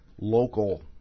local